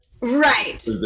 right